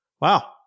Wow